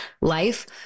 life